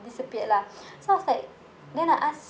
disappeared lah so I was like then I ask